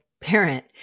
parent